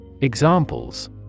Examples